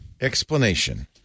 Explanation